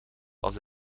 als